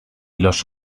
los